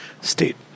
state